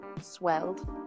swelled